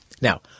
Now